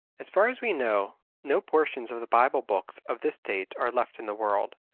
as far as we know no portions of the bible-books of this date are left in the world,